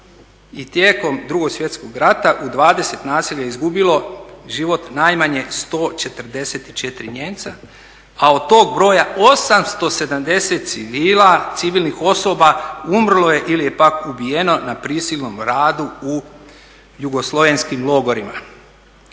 i tijekom II. Svjetskog rata u 20 naselja izgubilo život najmanje 144 Nijemca, a od tog broja 870 civila, civilnih osoba umrlo je ili je pak ubijeno na prisilnom radu u Jugoslavenskim logorima.